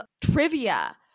trivia